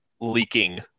leaking